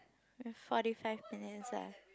forty five minutes left